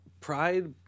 pride